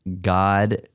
God